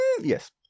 Yes